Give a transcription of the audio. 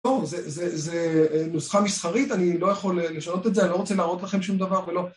אור זה זה זה נוסחה מסחרית, אני לא יכול לשנות את זה, אני לא רוצה להראות לכם שום דבר, ולא...